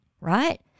right